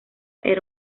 era